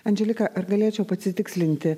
andželika ar galėčiau pasitikslinti